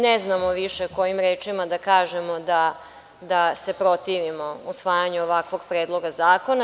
Ne znamo više kojim rečima da kažemo da se protivimo usvajanju ovakvog predloga zakona.